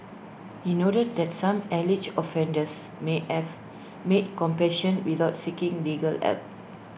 he noted that some alleged offenders may have made competion without seeking legal help